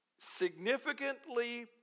significantly